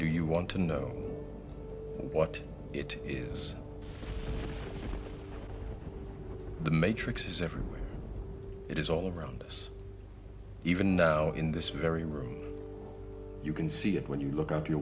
do you want to know what it is the matrix is everywhere it is all around us even in this very room you can see it when you look out your